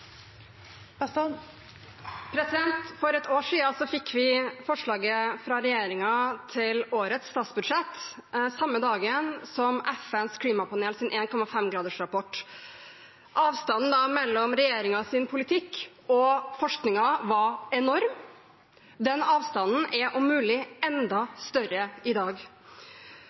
For et år siden fikk vi forslaget fra regjeringen til årets statsbudsjett samme dagen som FNs klimapanels 1,5-gradersrapport. Avstanden mellom regjeringens politikk og forskningen var enorm. Den avstanden er – om mulig – enda større i dag.